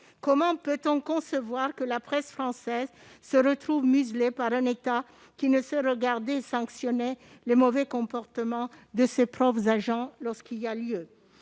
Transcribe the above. Comment peut-on concevoir que la presse française se retrouve muselée par un État qui ne sait ni regarder ni sanctionner les mauvais comportements de ses propres agents lorsqu'il y a lieu